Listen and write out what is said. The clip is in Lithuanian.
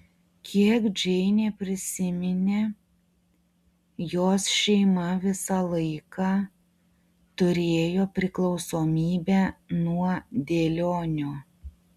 kiek džeinė prisiminė jos šeima visą laiką turėjo priklausomybę nuo dėlionių